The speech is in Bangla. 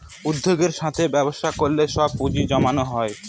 উদ্যোগের সাথে ব্যবসা করলে সব পুজিঁ জমানো হয়